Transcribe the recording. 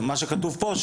ממה שכתוב פה,